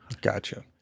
Gotcha